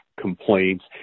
complaints